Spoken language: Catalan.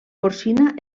porcina